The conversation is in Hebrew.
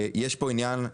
יש פה עניין,